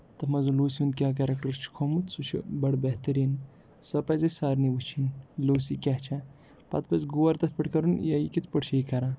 تَتھ منٛزن لوٗسی ہُنٛد کیاہ کیریکٹر چھُکھ ہومُت سُہ چھُ بَڑٕ بہتریٖن سۄ پَزِ سارنی وُچھِنۍ لوٗسی کیاہ چھےٚ پَتہٕ گژھِ گور تَتھ پٮ۪ٹھ کَرُن یہِ کِتھ پٲٹھۍ چھُ یہِ کران